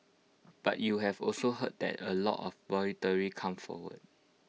but you've also heard that A lot of voluntary come forward